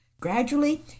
gradually